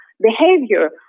behavior